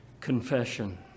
Confession